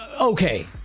okay